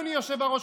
אדוני היושב-ראש,